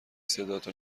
صداتو